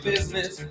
business